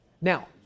Now